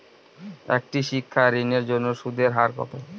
একটি শিক্ষা ঋণের জন্য সুদের হার কত?